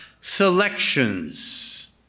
selections